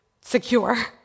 secure